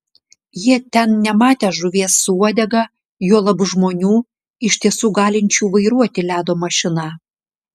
jie ten nematę žuvies su uodega juolab žmonių iš tiesų galinčių vairuoti ledo mašiną